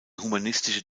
humanistische